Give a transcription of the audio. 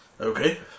Okay